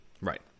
Right